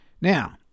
Now